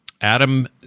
adam